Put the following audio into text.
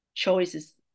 choices